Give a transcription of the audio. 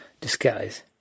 Disguise